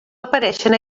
apareixen